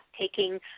taking